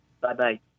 Bye-bye